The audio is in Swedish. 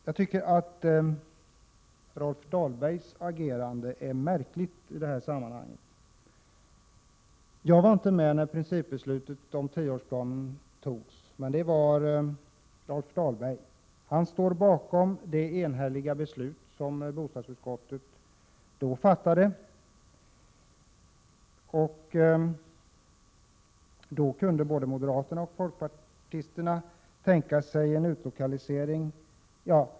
Jag tycker att Rolf Dahlbergs agerande i det här sammanhanget är märkligt. Jag var inte med när principbeslutet om tioårsplanen togs, men det var Rolf Dahlberg. Han står bakom det enhälliga beslut som bostadsutskottet då fattade. Då kunde både moderaterna och folkpartisterna tänka sig en utlokalisering.